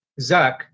Zuck